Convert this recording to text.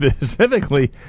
specifically